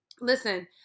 listen